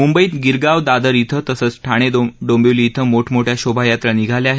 मुंबईत गिरगावदादर इथ तसंच ठाण डोंबिवली इथं मोठमोठ्या शोभायात्रा निघाल्या आहेत